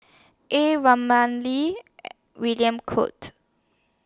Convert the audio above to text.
A Ramli William Goode